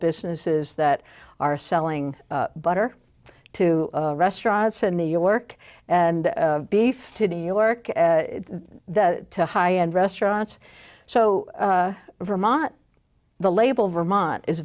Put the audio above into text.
businesses that are selling butter to restaurants in new york and beef to new york to high end restaurants so vermont the label vermont is